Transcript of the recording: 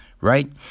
right